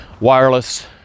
wireless